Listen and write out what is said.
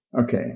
Okay